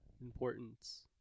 importance